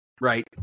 right